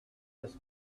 this